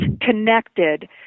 connected